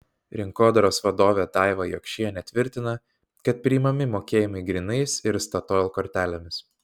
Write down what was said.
rinkodaros vadovė daiva jokšienė tvirtina kad priimami mokėjimai grynais ir statoil kortelėmis